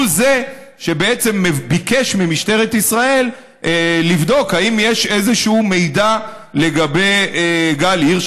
הוא זה שבעצם ביקש ממשטרת ישראל לבדוק אם יש איזשהו מידע לגבי גל הירש.